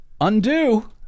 Undo